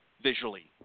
visually